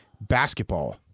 basketball